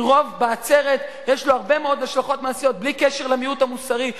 כי רוב בעצרת יש לו הרבה מאוד השלכות מעשיות בלי קשר למיעוט המוסרי,